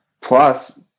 Plus